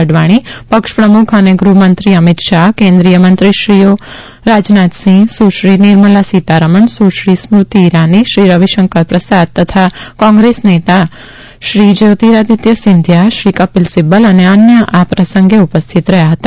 અડવાણી પક્ષ પ્રમૂખ અને ગૃહમંત્રી અમીત શાહ કેન્દ્રિય મંત્રીઓશ્રી રાજનાથસિંહ સુશ્રી નિર્મળા સીતારમણ સુશ્રી સ્મૃતિ ઇરાની શ્રી રવિશંકર પ્રસાદ તથા કોંગ્રેસનેતાઓશ્રી જયોતિરાદિત્ય સિંધિયા શ્રી કપીલ સિબ્બલ અને અન્ય આ પ્રસંગે ઉપસ્થિત રહ્યા હતા